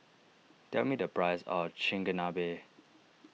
tell me the price of Chigenabe